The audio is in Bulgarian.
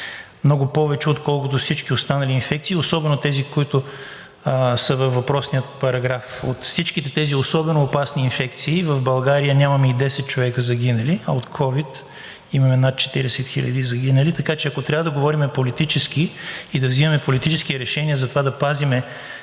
Много повече, отколкото от всички останали инфекции, особено тези, които са във въпросния параграф. От всичките тези особено опасни инфекции в България нямаме и 10 човека загинали, а от ковид имаме над 40 хиляди загинали. Така че ако трябва да говорим политически и да взимаме политически решения за това да пазим